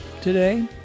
today